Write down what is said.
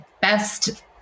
best